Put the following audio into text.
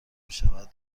شود